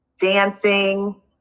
dancing